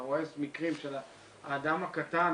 אתה רואה מקרים שהאדם הקטן,